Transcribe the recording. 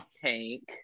tank